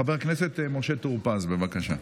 חבר הכנסת משה טור פז, בבקשה.